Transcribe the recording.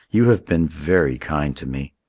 you have been very kind to me.